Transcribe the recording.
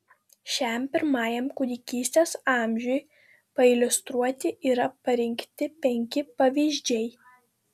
šiam pirmajam kūdikystės amžiui pailiustruoti yra parinkti penki pavyzdžiai